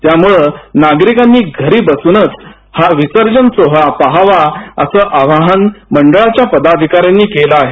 त्यामुळं नागरिकांनी घरी बसूनच हा विसर्जन सोहळा पाहावा असंही आवाहन मंडळांच्या पदाधिकाऱ्यांनी केलं आहे